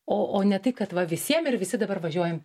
o o ne tai kad va visiem ir visi dabar važiuojam